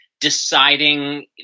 deciding